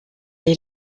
est